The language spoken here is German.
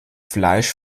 fleisch